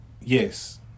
Yes